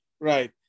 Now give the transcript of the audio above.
right